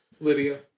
Lydia